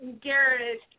Garrett